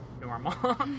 normal